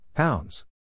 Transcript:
Pounds